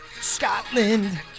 Scotland